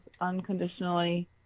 unconditionally